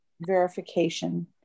verification